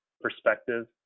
perspective